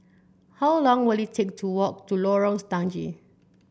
how long will it take to walk to Lorong Stangee